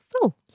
full